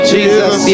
Jesus